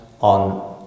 on